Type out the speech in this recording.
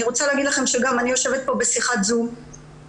אני רוצה להגיד לכם שאני יושבת כאן בשיחת זום ויש